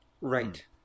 right